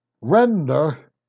Render